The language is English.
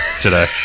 today